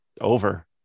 over